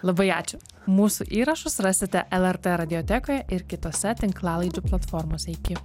labai ačiū mūsų įrašus rasite lrt radiotekoje ir kitose tinklalaidžių platformose iki